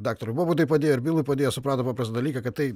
daktarui bobui tai padėjo ir bilui padėjo suprato paprastą dalyką kad tai